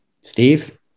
Steve